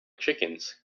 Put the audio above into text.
chickens